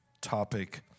topic